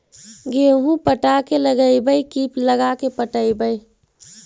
गेहूं पटा के लगइबै की लगा के पटइबै?